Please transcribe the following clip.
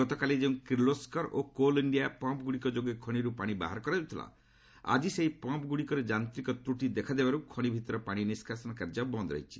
ଗତକାଲି ଯେଉଁ କିର୍ଲୋସ୍କର ଓ କୋଲଇଣ୍ଡିଆର ପମ୍ପଗୁଡିକ ଯୋଗେ ଖଣିରୁ ପାଣି ବାହାର କରାଯାଉଥିଲା ଆଜି ସେହି ପମ୍ପ୍ଗୁଡିକରେ ଯାନ୍ତିକ ତ୍ରଟି ଦେଖାଦେବାରୁ ଖଶି ଭିତର ପାଣି ନିଷ୍କାସନ କାର୍ଯ୍ୟ ବନ୍ଦ ରହିଛି